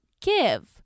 give